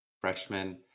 freshman